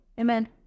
Amen